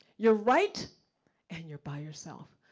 you're right and you're by yourself.